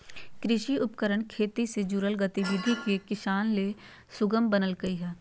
कृषि उपकरण खेती से जुड़ल गतिविधि के किसान ले सुगम बनइलके हें